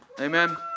Amen